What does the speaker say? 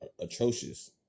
atrocious